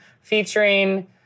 featuring